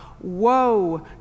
woe